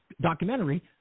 documentary